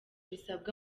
bisabwa